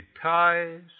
ties